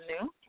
new